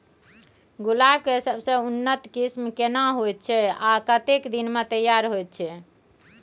गुलाब के सबसे उन्नत किस्म केना होयत छै आ कतेक दिन में तैयार होयत छै?